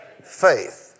faith